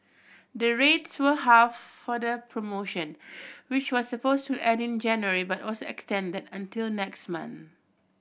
the rates were halved for the promotion which was supposed to end in January but was extended until next month